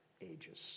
ages